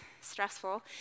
stressful